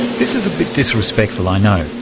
this is a bit disrespectful i know,